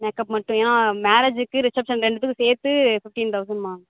makeup மட்டும் ஏன்னால் மேரேஜுக்கு ரிசப்ஷன் ரெண்டுத்துக்கும் சேர்த்து ஃபிஃப்டின் தௌசண்ட்மா